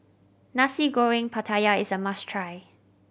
Nasi Goreng Pattaya is a must try